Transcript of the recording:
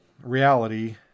reality